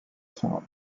town